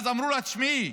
ואז אמרו לה: תשמעי,